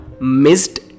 missed